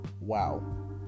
wow